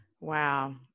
Wow